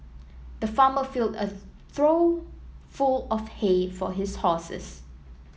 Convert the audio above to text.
the farmer filled a trough full of hay for his horses